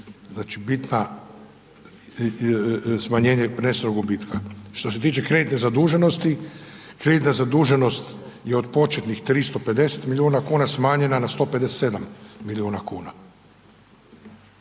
Znači bitna smanjenje prenesenog gubitka. Što se tiče kreditne zaduženosti, kreditna zaduženost je od početnih 350 milijuna kuna smanjena na 157 milijuna kuna.